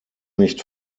nicht